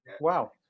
wow